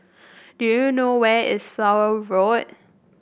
do you know where is Flower Road